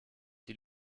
die